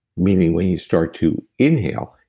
meaning when you start to inhale,